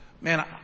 Man